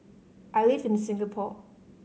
I live in Singapore